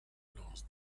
lance